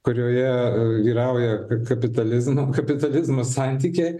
kurioje vyrauja kapitalizmo kapitalizmo santykiai